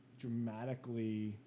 dramatically